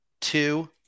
two